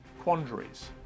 quandaries